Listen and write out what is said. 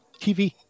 TV